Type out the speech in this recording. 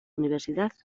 universidad